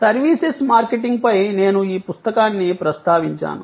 services మార్కెటింగ్పై నేను ఈ పుస్తకాన్ని ప్రస్తావించాను